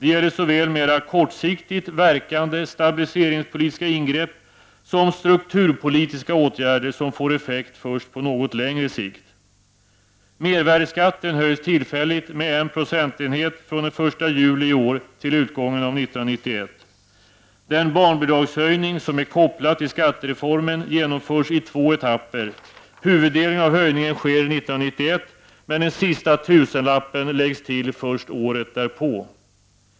Det gäller såväl mera kortsiktigt verkande stabiliseringspolitiska ingrepp som strukturpolitiska åtgärder som får effekt först på något längre sikt. — Den barnbidragshöjning som är kopplad till skattereformen genomförs i två etapper. Huvuddelen av höjningen sker 1991, men den sista tusenlappen läggs till först året därpå.